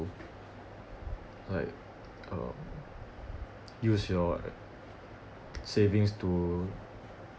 like um use your savings to